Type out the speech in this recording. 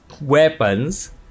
weapons